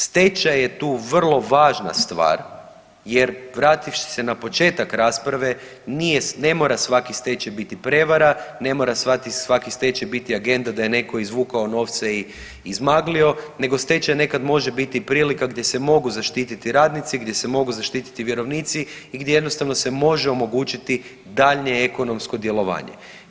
Stečaj je tu vrlo važna stvar jer vrativši se na početak rasprave nije, ne mora svaki stečaj biti prevara, ne mora svaki stečaj biti agenda da je netko izvukao novce i izmaglio nego stečaj nekad može biti prilika gdje se mogu zaštititi radnici, gdje se mogu zaštititi vjerovnici i gdje jednostavno se može omogućiti daljnje ekonomsko djelovanje.